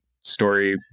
story